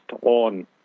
on